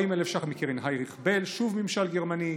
40,000 שקלים מקרן היינריך בל, שוב, ממשל גרמני,